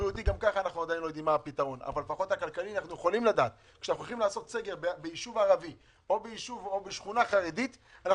כאשר הולכים לעשות סגר ביישוב ערבי או בשכונה חרדית,